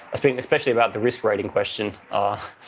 speaking especially about the risk rating question.